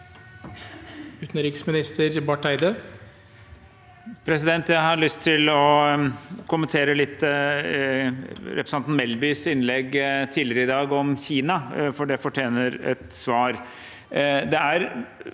Utenriksminister Espen Barth Eide Jeg har lyst til å kommentere representanten Melbys innlegg fra tidligere i dag om Kina, for det fortjener et svar.